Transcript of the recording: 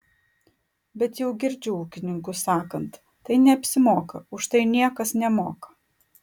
bet jau girdžiu ūkininkus sakant tai neapsimoka už tai niekas nemoka